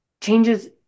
changes